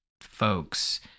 folks